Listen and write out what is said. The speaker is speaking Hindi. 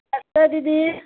अच्छा दीदी